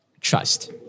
trust